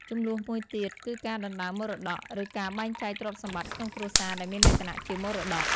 ជម្លោះមួយទៀតគឺការដណ្តើមមរតក ឬការបែងចែកទ្រព្យសម្បត្តិក្នុងគ្រួសារដែលមានលក្ខណៈជាមរតក។